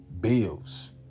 Bills